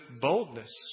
boldness